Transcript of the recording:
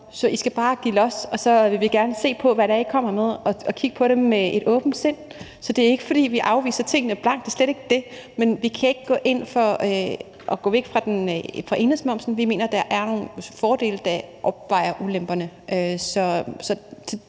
Så I skal bare give los, og så vil vi gerne se på, hvad det er, I kommer med, og kigge på det med et åbent sind. Så det er ikke, fordi vi afviser tingene blankt. Det er slet ikke det, men vi kan ikke gå ind for at gå væk fra enhedsmomsen. Vi mener, der er nogle fordele, der opvejer ulemperne. Og